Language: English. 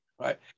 right